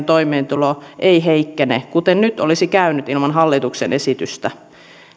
toimeentulo ei heikkene kuten nyt olisi käynyt ilman hallituksen esitystä